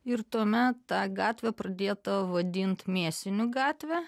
ir tuomet ta gatvė pradėta vadint mėsinių gatve